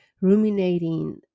ruminating